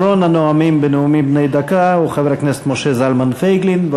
אחרון הנואמים בנאומים בני דקה הוא חבר הכנסת משה זלמן פייגלין,